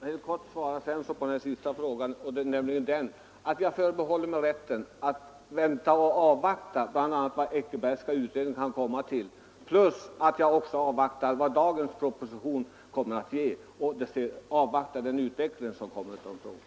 Herr talman! Jag vill kort svara herr Svensson i Malmö på den sista frågan med att jag förbehåller mig rätten att vänta och se vilka resultat som den Eckerbergska utredningen kan komma fram till, propositionen i frågan och den utveckling som kommer att äga rum.